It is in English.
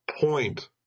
point